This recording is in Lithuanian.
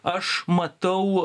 aš matau